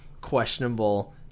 Questionable